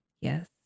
Yes